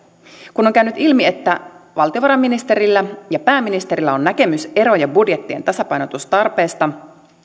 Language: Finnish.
kun on käynyt ilmi että valtiovarainministerillä ja pääministerillä on näkemyseroja budjettien tasapainotustarpeesta